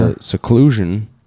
seclusion